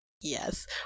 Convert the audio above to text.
Yes